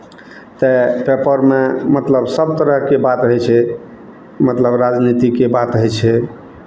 तऽ पेपरमे मतलब सभ तरहके बात रहै छै मतलब राजनीतिके बात होइ छै